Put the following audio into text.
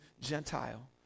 Gentile